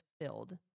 filled